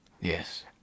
Yes